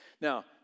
Now